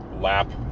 lap